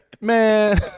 Man